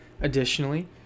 Additionally